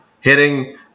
hitting